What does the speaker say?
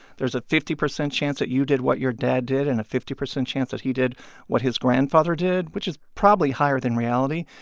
there's a fifty percent chance that you did what your dad did and a fifty percent chance that he did what his grandfather did, which is probably higher than reality,